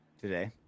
today